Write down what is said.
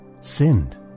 sinned